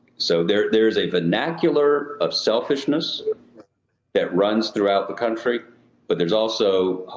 so there's there's a vernacular of selfishness that runs throughout the country but there's also,